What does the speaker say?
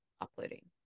uploading